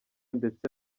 ndetse